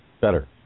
better